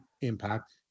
Impact